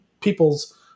people's